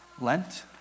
Lent